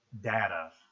data